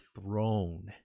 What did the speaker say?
throne